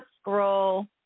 scroll